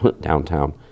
downtown